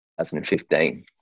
2015